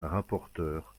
rapporteur